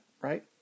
right